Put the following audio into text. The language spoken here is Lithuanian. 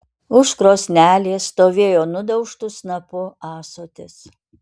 už krosnelės stovėjo nudaužtu snapu ąsotis